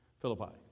Philippi